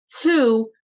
two